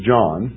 John